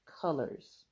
colors